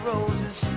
roses